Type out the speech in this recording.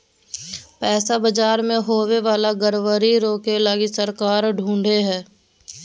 पैसा बाजार मे होवे वाला गड़बड़ी रोके लगी सरकार ढृढ़ हय